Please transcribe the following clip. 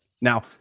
now